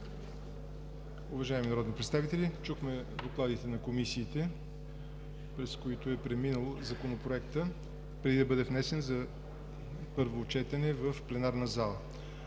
Уважаеми народни представители, чухме докладите на комисиите, през които е преминал Законопроектът, преди да бъде внесен за първо четене в пленарната зала.